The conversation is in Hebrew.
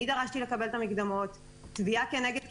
אני דרשתי לקבל את המקדמות אבל קיבלתי